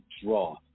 draw